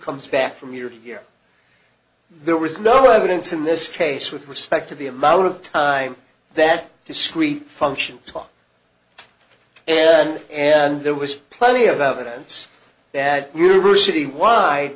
comes back from year to year there is no evidence in this case with respect to the amount of time that discrete function talk then and there was plenty of evidence that university wide